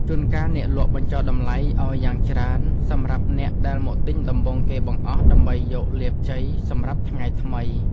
ជួនកាលអ្នកលក់បញ្ចុះតម្លៃឱ្យយ៉ាងច្រើនសម្រាប់អ្នកដែលមកទិញដំបូងគេបង្អស់ដើម្បីយកលាភជ័យសម្រាប់ថ្ងៃថ្មី។